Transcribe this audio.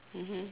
mmhmm